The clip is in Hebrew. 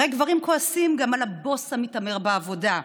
הרי גברים כועסים גם על הבוס המתעמר בעבודה,